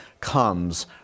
comes